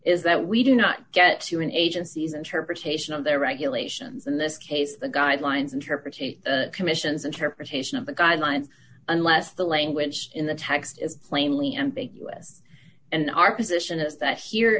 is that we do not get to an agency's and her station on their regulations in this case the guidelines interpretive commissions interpretation of the guidelines unless the language in the text is plainly ambiguous and our position is that here